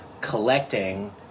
collecting